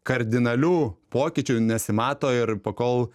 kardinalių pokyčių nesimato ir pakol